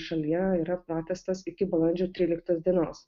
šalyje yra pratęstos iki balandžio tryliktos dienos